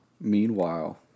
Meanwhile